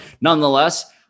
nonetheless